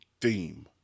theme